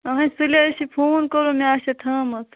اہنۍ سُلے آسہِ ہی فون کوٚرمُت مےٚ آسہِ ہی تھٲومٕژ